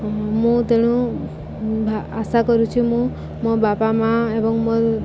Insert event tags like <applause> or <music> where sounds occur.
ମୁଁ ତେଣୁ ଆଶା <unintelligible> କରୁଛି ମୁଁ ମୋ ବାପା ମାଆ ଏବଂ ମୋ